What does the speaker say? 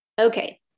Okay